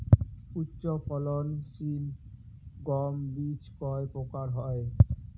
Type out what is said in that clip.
উচ্চ ফলন সিল গম বীজ কয় প্রকার হয়?